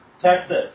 Texas